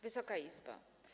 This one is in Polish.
Wysoka Izbo!